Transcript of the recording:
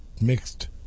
mixed